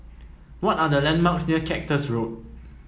what are the landmarks near Cactus Road